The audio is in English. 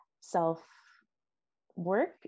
self-work